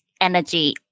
energy